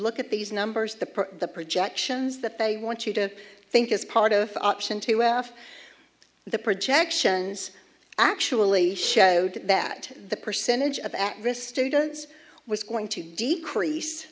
look at these numbers the projections that they want you to think is part of option two well off the projections actually showed that the percentage of at risk students was going to decrease